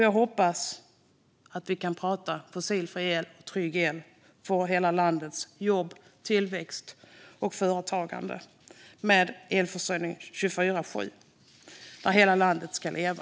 Jag hoppas att vi kan prata om fossilfri trygg el för hela landets jobb, tillväxt och företagande, med elförsörjning 24:7. Hela landet ska leva.